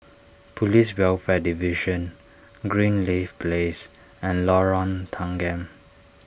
Police Welfare Division Greenleaf Place and Lorong Tanggam